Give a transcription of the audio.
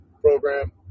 program